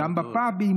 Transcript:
גם בפאבים,